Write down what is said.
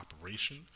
operation